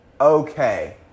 okay